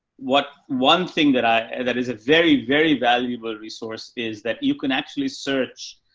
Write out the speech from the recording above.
what one thing that i, that is a very, very valuable resource is that you can actually search.